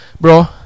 Bro